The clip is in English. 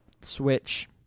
Switch